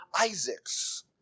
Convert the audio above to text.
Isaacs